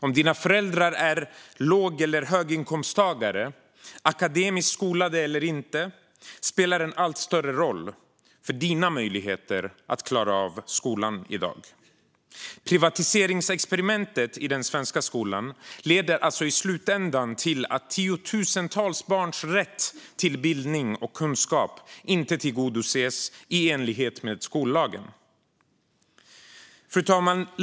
Om dina föräldrar är låg eller höginkomsttagare, akademiskt skolade eller inte spelar en allt större roll för dina möjligheter att klara skolan i dag. Privatiseringsexperimentet i den svenska skolan leder alltså i slutändan till att tiotusentals barns rätt till bildning och kunskap inte tillgodoses i enlighet med skollagen. Fru talman!